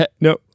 No